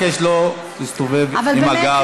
אבקש לא להסתובב עם הגב לחברי הכנסת.